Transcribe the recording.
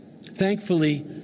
Thankfully